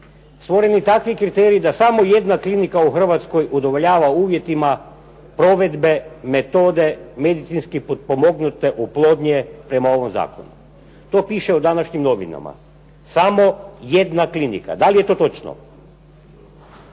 stvoreni takvi kriteriji da samo jedna klinika u Hrvatskoj udovoljava uvjetima provedbe metode medicinski potpomognute oplodnje prema ovom zakonu? To piše u današnjim novinama. Samo jedna klinika. Da li je to točno?